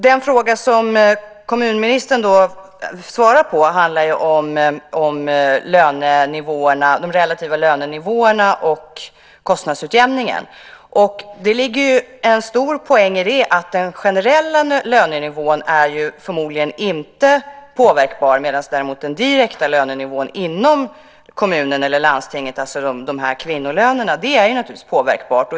Den fråga som kommunministern svarar på handlar om de relativa lönenivåerna och kostnadsutjämningen. Det finns en stor poäng i att den generella lönenivån förmodligen inte är påverkbar, medan däremot den direkta lönenivån inom kommunen eller landstinget - alltså de nu aktuella kvinnolönerna - naturligtvis är påverkbar.